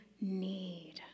need